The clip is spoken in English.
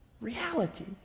reality